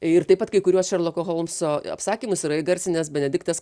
ir taip pat kai kuriuos šerloko holmso apsakymus yra įgarsinęs benediktas